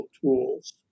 tools